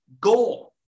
goal